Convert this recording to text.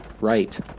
right